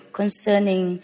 concerning